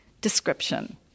description